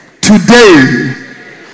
today